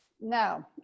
No